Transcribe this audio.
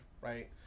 right